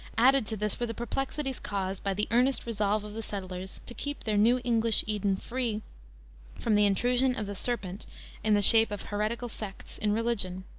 added to this were the perplexities caused by the earnest resolve of the settlers to keep their new english eden free from the intrusion of the serpent in the shape of heretical sects in religion.